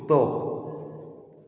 कुतो